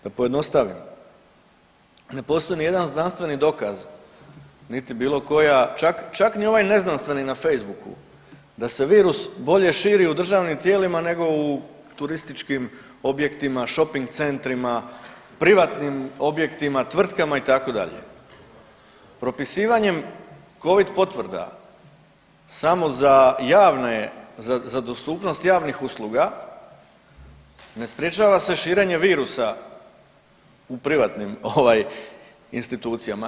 Da pojednostavim, ne postoji nijedan znanstveni dokaz niti bilo koja, čak ni ovaj neznanstveni na Facebooku da se virus bolje širi u državnim tijelima nego u turističkim objektima, šoping centrima, privatnim objektima, tvrtkama itd., propisivanjem covid potvrda samo za javne za dostupnost javnih usluga, ne sprječava se širenje virusa u privatnim institucijama.